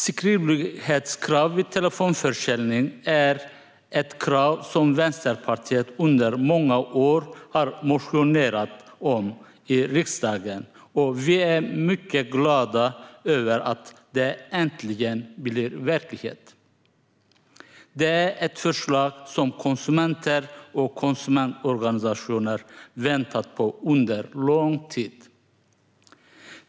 Skriftlighetskrav vid telefonförsäljning är ett krav som Vänsterpartiet under många år har motionerat om i riksdagen, och vi är mycket glada över att det äntligen blir verklighet. Det är ett förslag som konsumenter och konsumentorganisationer väntat på under lång tid.